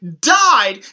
died